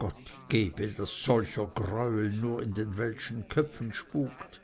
gott gebe daß solcher greuel nur in den welschen köpfen spukt